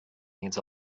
needs